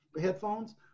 headphones